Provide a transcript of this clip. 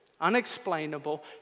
unexplainable